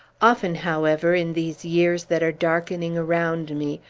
often, however, in these years that are darkening around me,